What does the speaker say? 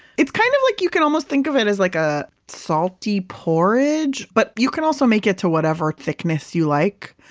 it's kind of like, you can almost think of it as like a salty porridge. but you can also make it to whatever thickness you like.